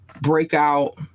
breakout